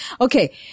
Okay